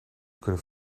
kunnen